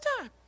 time